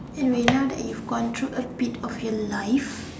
anyway now that you have gone through a bit of your life